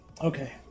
Okay